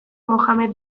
mohamed